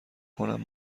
کنم